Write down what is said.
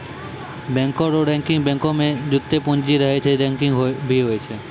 बैंको रो रैंकिंग बैंको मे जत्तै पूंजी रहै छै रैंकिंग भी होय छै